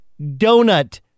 Donut